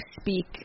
speak